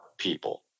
People